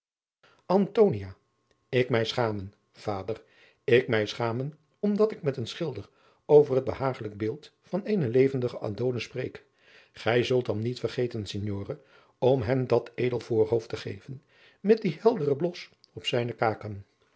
ik mij schamen vader ik mij schamen omdat ik met een schilder over het behagelijk beeld van eenen levendigen adonis spreek gij zult adriaan loosjes pzn het leven van maurits lijnslager dan niet vergeten signore om hem dat edel voorhoofd te geven met dien helderen blos op zijne kaken